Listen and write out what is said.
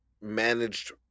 managed